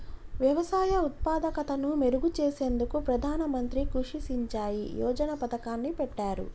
వ్యవసాయ ఉత్పాదకతను మెరుగు చేసేందుకు ప్రధాన మంత్రి కృషి సించాయ్ యోజన పతకాన్ని పెట్టారు